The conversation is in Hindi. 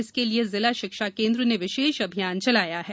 इसके लिए जिला शिक्षा केन्द्र ने विशेष अभियान चलाया है